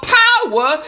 power